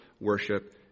worship